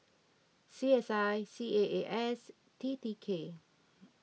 C S I C A A S T T K